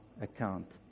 account